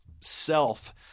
self